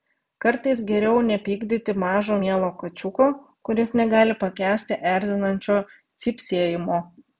kartais geriau nepykdyti mažo mielo kačiuko kuris negali pakęsti erzinančio cypsėjimo